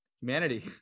humanity